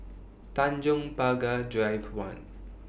Tanjong Pagar Drive one